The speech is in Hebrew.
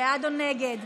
בעד או נגד?